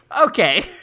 Okay